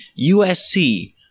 USC